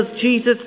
Jesus